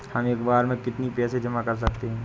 हम एक बार में कितनी पैसे जमा कर सकते हैं?